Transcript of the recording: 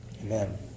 Amen